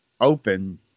open